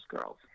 girls